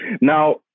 now